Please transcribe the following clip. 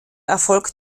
erfolg